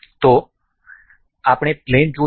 તો આપણે પ્લેન જોશું